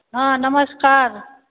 हॅं नमस्कार